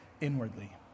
inwardly